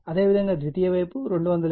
అదేవిధంగా ద్వితీయ వైపు 225 వోల్ట్